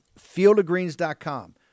Fieldofgreens.com